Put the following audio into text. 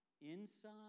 inside